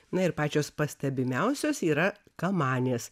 na ir pačios pastebimiausios yra kamanės